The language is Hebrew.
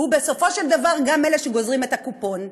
ובסופו של דבר גם אלה שגוזרים את הקופון.